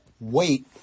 Wait